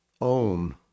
own